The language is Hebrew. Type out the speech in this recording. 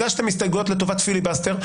הגשתם הסתייגויות לטובת פיליבסטר,